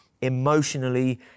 emotionally